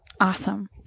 Awesome